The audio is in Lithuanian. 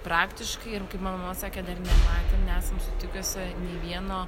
praktiškai ir kaip mano mama sakė dar nematėm nesam sutikusio nė vieno